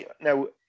now